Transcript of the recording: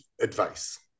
advice